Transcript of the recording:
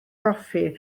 goffi